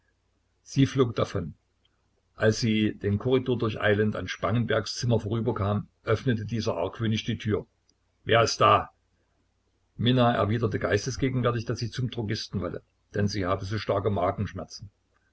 sie flog davon als sie den korridor durcheilend an spangenbergs zimmer vorüberkam öffnete dieser argwöhnisch die tür wer ist da minna erwiderte geistesgegenwärtig daß sie zum drogisten wolle denn sie habe so starke magenschmerzen